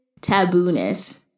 taboo-ness